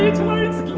tonight's